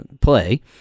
play